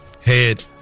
head